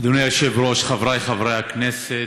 אדוני היושב-ראש, חבריי חברי הכנסת,